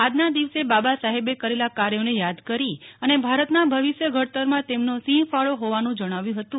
આજના દિવસે બાબા સાહેબે કરેલા કાર્યોને યાદ કરી અને ભારતના ભવિષ્ય ઘડતરમાં તેમનો સિંહફાળો હોવાનું જણાવ્યું હતું